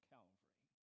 Calvary